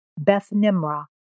Beth-Nimrah